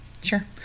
Sure